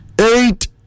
eight